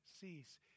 cease